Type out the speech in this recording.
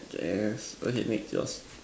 yes okay next yours